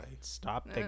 Stop